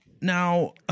Now